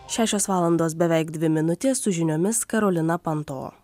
šešios valandos beveik dvi minutės su žiniomis karolina panto